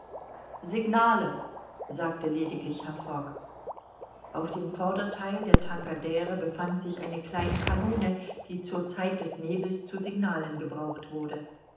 signale sagte lediglich herr fogg auf dem vordertheil der tankadere befand sich eine kleine kanone die zur zeit des nebels zu signalen gebraucht wurde